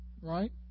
right